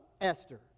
Esther